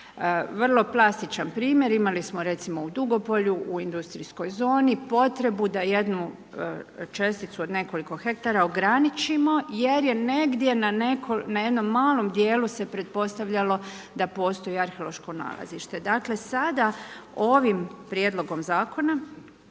Vrlo plastičan primjer, imali smo recimo u Dugopolju, u industrijskoj zoni potrebu da jednu česticu od nekoliko hektara ograničimo jer je negdje na jednom malom dijelu se pretpostavljalo da postoji arheološko nalazište. Dakle, sada ovim Prijedlogom Zakona